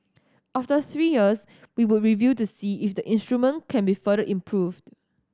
after three years we would review to see if the instrument can be further improved